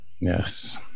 Yes